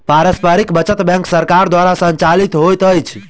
पारस्परिक बचत बैंक सरकार द्वारा संचालित होइत अछि